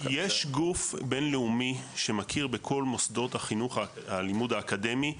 יש גוף בין-לאומי שמכיר בכל מוסדות הלימוד האקדמי,